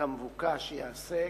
כמבוקש ייעשה.